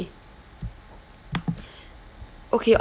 okay